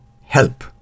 help